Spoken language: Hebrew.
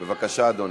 גפני,